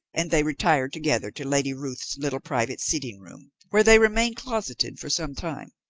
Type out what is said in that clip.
and they retired together to lady ruth's little private sitting-room, where they remained closeted for some time.